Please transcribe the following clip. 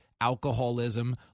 alcoholism